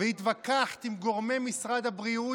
והתווכחת עם גורמי משרד הבריאות,